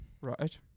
Right